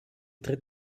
tritt